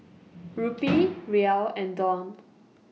Rupee Riel and Dong